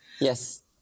yes